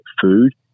food